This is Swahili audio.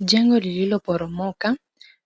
Jengo lililoporomoka